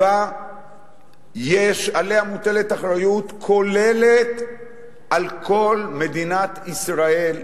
שעליה מוטלת אחריות כוללת על כל מדינת ישראל,